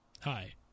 Hi